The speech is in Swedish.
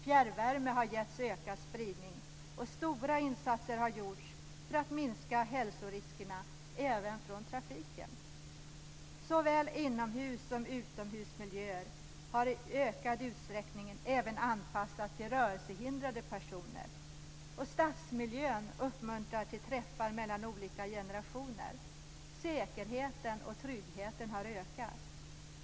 Fjärrvärme har getts ökad spridning. Stora insatser har gjorts för att minska hälsoriskerna även från trafiken. Såväl inomhus som utomhusmiljöer har i ökad utsträckning även anpassats till rörelsehindrade personer. Stadsmiljön uppmuntrar till träffar mellan olika generationer. Säkerheten och tryggheten har ökat.